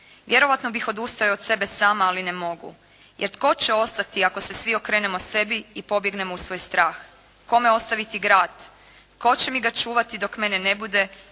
Vjerojatno bih odustao od sebe samog, ali ne mogu, jer tko će ostati ako se svi okrenemo sebi i pobjegnemo u svoj strah. Kome ostaviti grad? Tko će mi ga čuvati dok mene ne bude,